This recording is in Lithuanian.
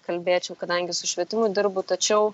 kalbėčiau kadangi su švietimu dirbu tačiau